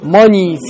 money